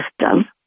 system